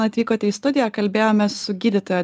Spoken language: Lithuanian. atvykote į studiją kalbėjomės su gydytoja